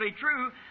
true